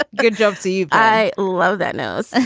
ah good job. see you. i love that nose.